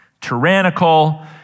tyrannical